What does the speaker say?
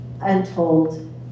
untold